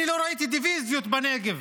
אני לא ראיתי דיביזיות בנגב,